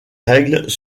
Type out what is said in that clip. règles